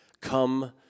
come